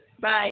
Bye